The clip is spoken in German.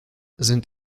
sind